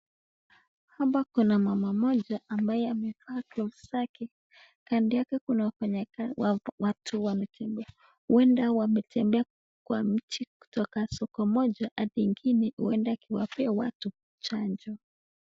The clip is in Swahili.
Hapa kuna mama moja ambaye amevaa glavu zake. Kando yake kuna wafanyikazi, watu wamekimbia huenda wametembea kwa mji kutoka soko moja hadi nyingine, huenda akiwapea watu chanjo.